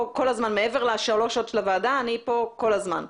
מעבר לשלוש השעות של הוועדה, אני פה כל הזמן.